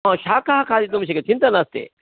अ शाकाः खादितुं शक्यन्ते चिन्ता नास्ति